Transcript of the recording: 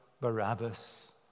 Barabbas